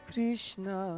Krishna